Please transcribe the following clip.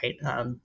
right